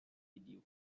video